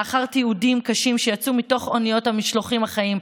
לאחר תיעוד קשה שיצא מתוך אוניות המשלוחים החיים,